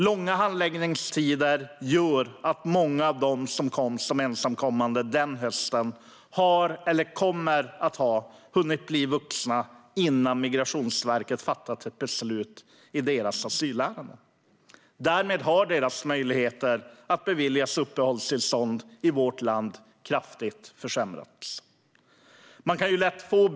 Långa handläggningstider har lett till att många av dem som kom som ensamkommande den hösten har eller kommer att ha hunnit bli vuxna innan Migrationsverket har fattat beslut i deras asylärenden. Därmed har deras möjligheter att beviljas uppehållstillstånd i vårt land kraftigt försämrats.